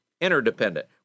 interdependent